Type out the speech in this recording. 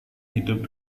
hidup